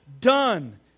done